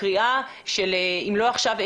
הקריאה של אם לא עכשיו,